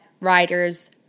riders